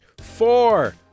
four